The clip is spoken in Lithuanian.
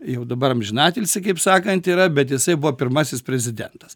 jau dabar amžiną atilsį kaip sakant yra bet jisai buvo pirmasis prezidentas